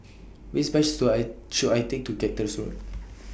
Which Bus should I should I Take to Cactus Road